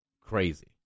crazy